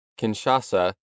Kinshasa